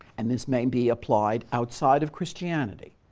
and this may be applied outside of christianity